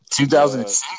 2006